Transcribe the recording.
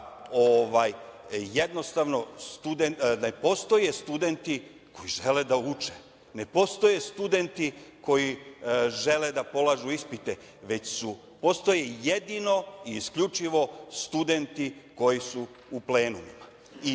jednostavno ne postoje studenti koji žele da uče, ne postoje studenti koji žele da polažu ispite već postoje jedino i isključivo studenti koji su u plenumima.